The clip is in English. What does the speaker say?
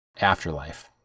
afterlife